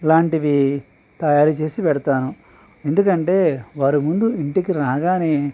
లాంటివి తయారుచేసి పెడతాను ఎందుకంటే వారు ముందు ఇంటికి రాగానే